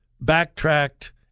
backtracked